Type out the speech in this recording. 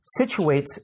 situates